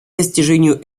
достижению